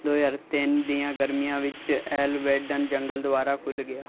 ਦੋ ਹਜ਼ਾਰ ਤਿੰਨ ਦੀਆਂ ਗਰਮੀਆਂ ਵਿੱਚ ਐਲਵੇਡਨ ਜੰਗਲ ਦੁਬਾਰਾ ਖੁੱਲ੍ਹ ਗਿਆ